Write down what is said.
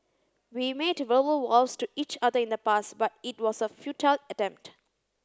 we made verbal vows to each other in the past but it was a futile attempt